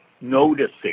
noticing